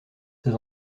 ces